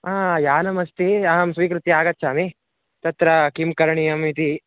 हा यानमस्ति अहं स्वीकृत्य आगच्छामि तत्र किं करणीयम् इति